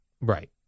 Right